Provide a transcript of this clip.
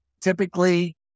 typically